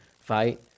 Fight